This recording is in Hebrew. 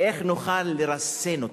איך נוכל לרסן אותם.